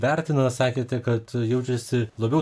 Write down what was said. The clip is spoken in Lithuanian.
vertina sakėte kad jaučiasi labiau